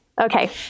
Okay